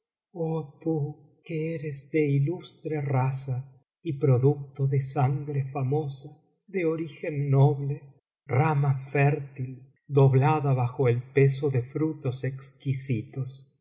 ilustre raza y producto de sangre famosüj de ongen noble rama fértil doblada bajo el peso de frutos exquisitos